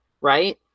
right